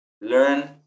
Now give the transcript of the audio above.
learn